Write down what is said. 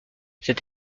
cette